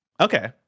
okay